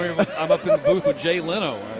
yeah but with jay leno.